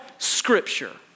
Scripture